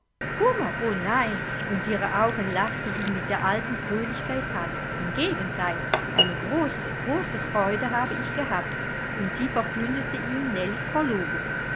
o nein und ihre augen lachten ihn mit der alten fröhlichkeit an im gegenteil eine große große freude habe ich gehabt und sie verkündete ihm nellies verlobung